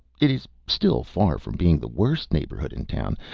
it is still far from being the worst neighborhood in town,